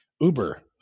Uber